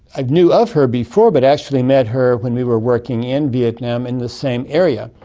i knew of her before but actually met her when we were working in vietnam in the same area,